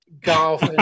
Golf